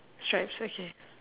stripes okay